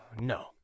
no